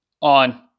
on